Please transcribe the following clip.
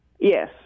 Yes